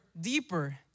deeper